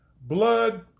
blood